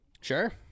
Sure